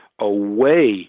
away